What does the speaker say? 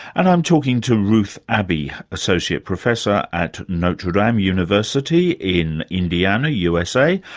and i'm talking to ruth abbey, associate professor at notre dame university in indiana, usa,